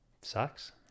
Sucks